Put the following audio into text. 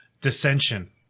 dissension